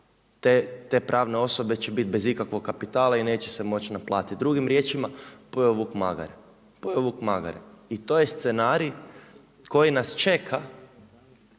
te pravne osobe će biti bez ikakvog kapitala i neće se moći naplatiti. Drugim riječima, pojeo vuk magare. I to je scenarij koji nas čeka